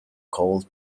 cold